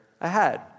ahead